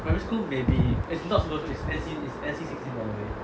primary school maybe as in not supposed to is N_C N_C sixteen by the way